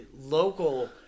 local